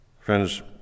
Friends